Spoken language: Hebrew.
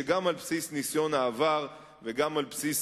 שגם על בסיס ניסיון העבר וגם על בסיס